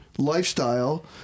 Lifestyle